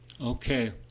okay